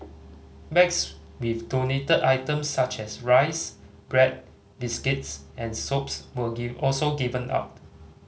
bags with donated items such as rice bread biscuits and soaps were give also given out